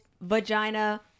vagina